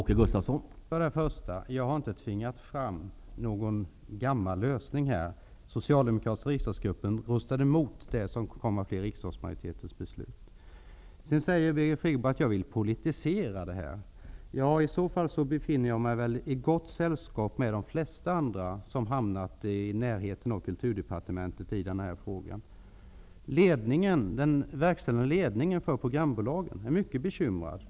Herr talman! Jag har inte tvingat fram någon gammal lösning. Den socialdemokratiska riksdagsgruppen röstade emot det som kom att bli riksdagsmajoritetens beslut. Sedan säger Birgit Friggebo att jag vill politisera det hela. I så fall befinner jag mig i gott sällskap med de flesta andra som kommit i närheten av Kulturdepartementet i denna fråga. Den verkställande ledningen för programbolagen är mycket bekymrad.